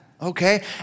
Okay